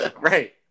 Right